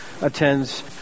attends